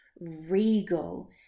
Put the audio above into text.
regal